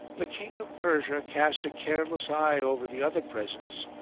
the king of persia cast a careless eye over the other presents,